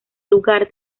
lugar